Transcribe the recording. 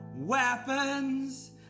weapons